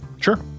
Sure